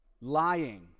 lying